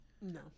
No